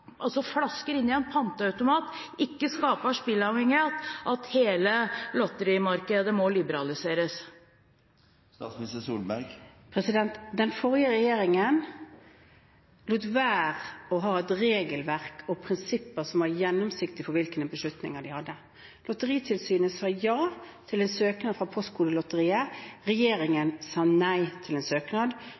flasker inn i en panteautomat ikke skaper spillavhengighet, at hele lotterimarkedet må liberaliseres? Den forrige regjeringen lot være å ha et regelverk og prinsipper som var gjennomsiktige når det gjaldt hvilke beslutninger de tok. Lotteritilsynet sa ja til en søknad fra Postkodelotteriet – regjeringen sa nei til en søknad,